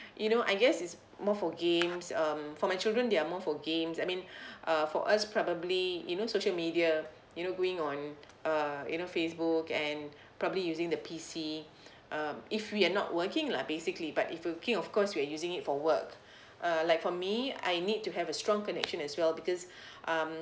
you know I guess it's more for games um for my children they are more for games I mean uh for us probably you know social media you know going on uh you know facebook and probably using the P_C um if we are not working lah basically but if working of course we're using it for work err like for me I need to have a strong connection as well because um